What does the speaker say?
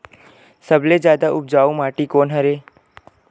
सबले जादा उपजाऊ माटी कोन हरे?